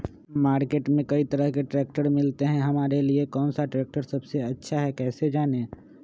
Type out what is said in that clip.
Market में कई तरह के ट्रैक्टर मिलते हैं हमारे लिए कौन सा ट्रैक्टर सबसे अच्छा है कैसे जाने?